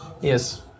Yes